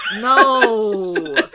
No